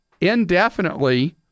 indefinitely